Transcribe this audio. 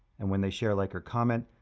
and when they share, like, or comment,